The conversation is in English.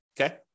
okay